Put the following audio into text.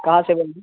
کہاں سے بول رہے ہیں